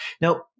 now